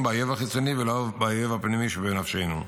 באויב החיצוני ולא באויב הפנימי שבנפשנו.